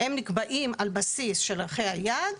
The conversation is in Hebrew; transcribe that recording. הם נקבעים על בסיס של ערכי היעד,